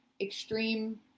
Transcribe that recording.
extreme